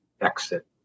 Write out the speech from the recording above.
exit